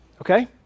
okay